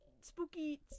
Spooky